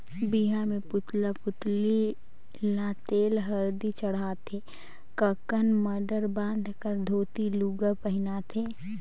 बिहा मे पुतला पुतली ल तेल हरदी चढ़ाथे ककन मडंर बांध कर धोती लूगा पहिनाथें